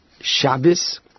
Shabbos